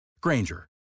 Granger